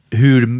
hur